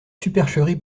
supercherie